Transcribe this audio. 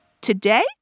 Today